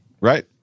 right